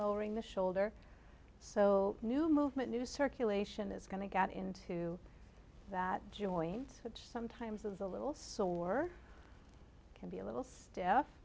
lowering the shoulder so new movement new circulation is going to get into that joint which sometimes is a little sore or can be a little st